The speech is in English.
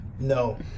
No